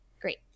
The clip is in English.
Great